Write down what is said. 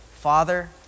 Father